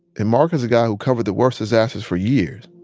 and mark is a guy who covered the worst disasters for years.